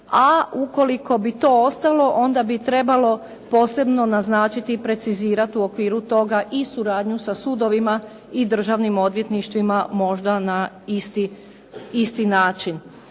a ukoliko bi to ostalo onda bi trebalo posebno naznačiti i precizirati u okviru toga i suradnju sa sudovima i državnim odvjetništvima, možda na isti način.